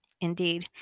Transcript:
Indeed